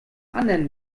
anderen